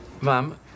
Mom